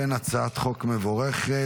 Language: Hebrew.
אכן הצעת חוק מבורכת.